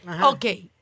okay